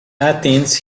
athens